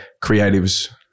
creatives